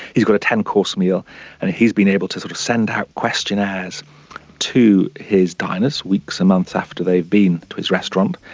he's got a ten course meal and he's been able to sort of send out questionnaires to his diners weeks and months after they've been to his restaurant,